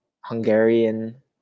Hungarian